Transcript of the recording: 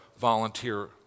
volunteer